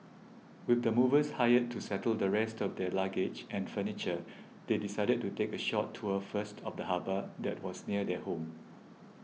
with the movers hired to settle the rest of their luggage and furniture they decided to take a short tour first of the harbour that was near their home